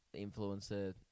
influencer